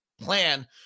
plan